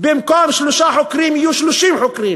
במקום שלושה חוקרים יהיו 30 חוקרים,